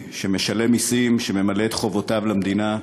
שמשלם מסים, שממלא את חובותיו למדינה,